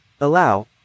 Allow